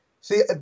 See